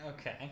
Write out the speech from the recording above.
Okay